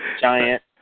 Giant